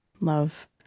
Love